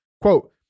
Quote